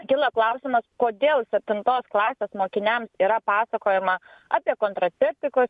kyla klausimas kodėl septintos klasės mokiniams yra pasakojama apie kontraceptikus